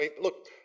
Look